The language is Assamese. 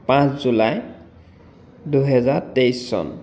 পাঁচ জুলাই দুহেজাৰ তেইছ চন